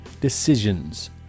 decisions